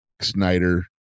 Snyder